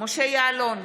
משה יעלון,